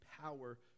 power